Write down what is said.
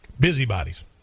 Busybodies